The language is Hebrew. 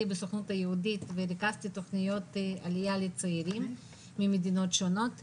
בסוכנות היהודית וריכזתי תוכניות עליה לצעירים ממדינות שונות.